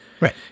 Right